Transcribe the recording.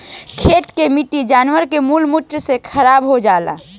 खेत के माटी जानवर के मल मूत्र से खराब हो जाला